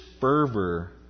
fervor